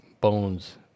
bones